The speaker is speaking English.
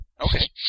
Okay